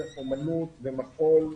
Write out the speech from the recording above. דרך אומנות ומחול,